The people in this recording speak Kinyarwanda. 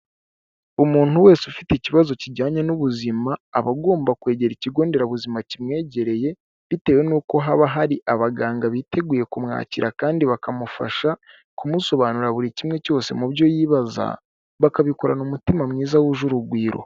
Umuntu wese ufite ikibazo kijyanye n'ubuzima, aba agomba kwegera ikigo nderabuzima kimwegereye, bitewe n'uko haba hari abaganga biteguye kumwakira kandi bakamufasha, kumusobanura buri kimwe cyose mu byo yibaza, bakabikorana umutima mwiza wuje urugwiro.